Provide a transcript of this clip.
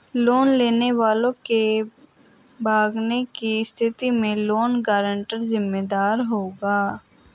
loan लेने वाले के भागने की स्थिति में लोन गारंटर जिम्मेदार होगा